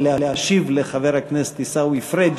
ולהשיב לחבר הכנסת עיסאווי פריג'